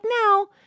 now